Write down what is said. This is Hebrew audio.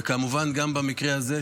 וכמובן גם במקרה הזה,